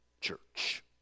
church